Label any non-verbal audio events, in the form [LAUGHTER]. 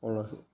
[UNINTELLIGIBLE]